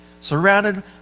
surrounded